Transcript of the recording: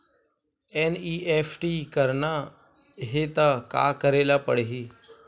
NEFT करना हे त का करे ल पड़हि?